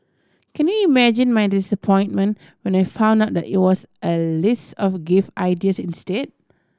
can you imagine my disappointment when I found out that it was a list of gift ideas instead